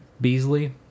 Beasley